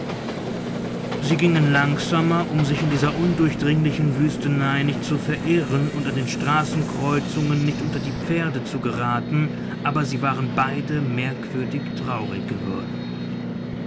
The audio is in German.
sie gingen langsamer um sich in dieser undurchdringlichen wüstenei nicht zu verirren und an den straßenkreuzungen nicht unter die pferde zu geraten aber sie waren beide merkwürdig traurig geworden